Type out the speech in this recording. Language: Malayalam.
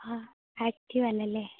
ആഹ് ആക്റ്റീവ് അല്ലല്ലേ